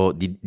di